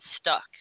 stuck